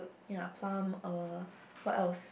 ya Plum uh what else